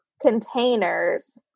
containers